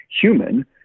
human